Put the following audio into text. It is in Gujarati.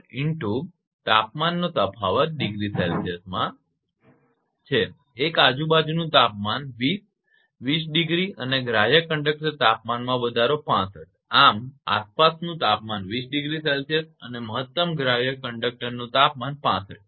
004 તાપમાનનો તફાવત ડિગ્રી સેલ્સિયસ છે અને એક આજુબાજુનું તાપમાન 20 20 ડિગ્રી અને ગ્રાહ્ય કંડકટર તાપમાનમાં વધારો 65 આમ આસપાસનું તાપમાન 20 ડિગ્રી સેલ્સિયસ અને મહત્તમ ગ્રાહ્ય કંડકટરનું તાપમાન 65 છે